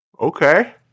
Okay